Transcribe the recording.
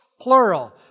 plural